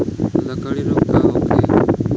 लगंड़ी रोग का होखे?